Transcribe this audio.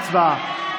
הצבעה.